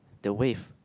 the wave